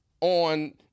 on